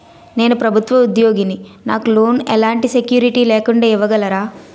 నేను ప్రభుత్వ ఉద్యోగిని, నాకు లోన్ ఎలాంటి సెక్యూరిటీ లేకుండా ఇవ్వగలరా?